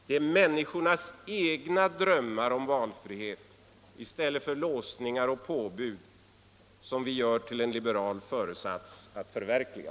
Det är människornas egna drömmar om valfrihet — i stället för låsningar och påbud — som vi gör till en liberal föresats att förverkliga.